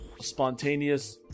spontaneous